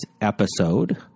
episode